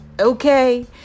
okay